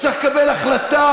ושצריך לקבל החלטה.